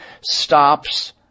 stops